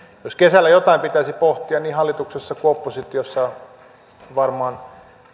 jos kesällä jotain pitäisi pohtia niin hallituksessa kuin oppositiossa niin varmaan